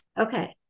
Okay